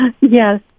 Yes